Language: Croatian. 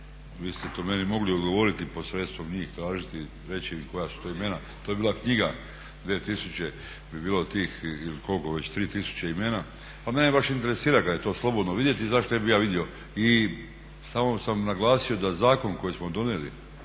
vi ste to meni mogli odgovoriti posredstvom njih i tražiti i reći koja su to imena. To je bila knjiga, 2000 bi bilo tih ili koliko već 3000 imena. Pa mene baš interesira kad je to slobodno vidjeti zašto ne bih ja vidio. I samo sam naglasio da zakon koji smo donijeli